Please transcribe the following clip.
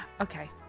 Okay